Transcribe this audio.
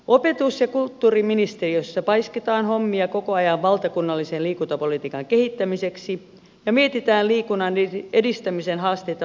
opetus ja kulttuuriministeriössä paiskitaan hommia koko ajan valtakunnallisen liikuntapolitiikan kehittämiseksi ja mietitään liikunnan edistämisen haasteita valtionhallinnossa